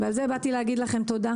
ועל זה באתי לומר לכם תודה.